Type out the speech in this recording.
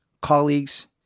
colleagues